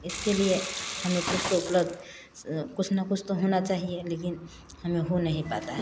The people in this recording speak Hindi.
इसके लिए हमें कुछ तो उपलब्ध कुछ ना कुछ तो होना चाहिए लेकिन हमें हो नहीं पाता है